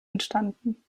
entstanden